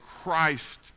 Christ